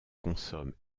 consomme